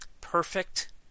perfect